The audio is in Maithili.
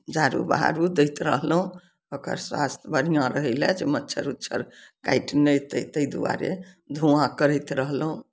झाड़ू बहारु दैत रहलहुँ ओकर स्वास्थ्य बढ़िआँ रहय लए जे मच्छड़ ओच्छड़ काटि नहि दै तै दुआरे धुआँ करैत रहलहुँ